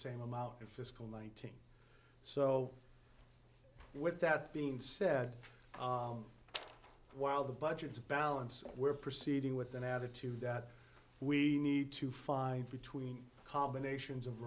same amount in fiscal nineteen so with that being said while the budget is a balance we're proceeding with an attitude that we need to find between combinations of